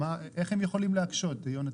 איך הם יכולים להקשות יונתן?